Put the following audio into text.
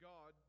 God